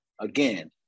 again